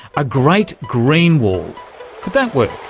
a great green wall could that work?